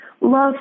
love